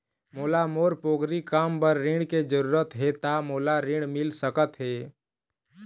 मोला मोर पोगरी काम बर ऋण के जरूरत हे ता मोला ऋण मिल सकत हे?